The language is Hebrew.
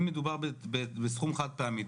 אם מדובר בסכום חד פעמי,